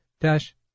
dash